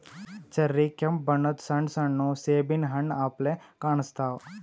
cherry ಕೆಂಪ್ ಬಣ್ಣದ್ ಸಣ್ಣ ಸಣ್ಣು ಸೇಬಿನ್ ಹಣ್ಣ್ ಅಪ್ಲೆ ಕಾಣಸ್ತಾವ್